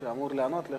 ובכלל זה למגיעים לכותל